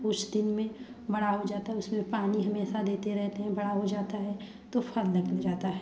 कुछ दिन में बड़ा हो जाता है उसमें पानी हमेशा देते रहते है बड़ा हो जाता है तो फल लग जाता है